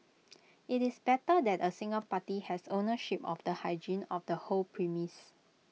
IT is better that A single party has ownership of the hygiene of the whole premise